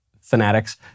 fanatics